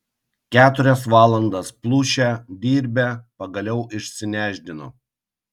keturias valandas plušę dirbę pagaliau išsinešdino